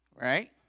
right